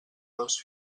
dos